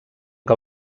que